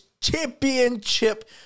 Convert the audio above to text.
championship